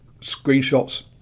screenshots